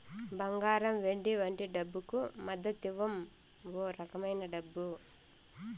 బంగారం వెండి వంటి డబ్బుకు మద్దతివ్వం ఓ రకమైన డబ్బు